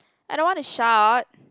I don't wanna shout